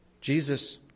Jesus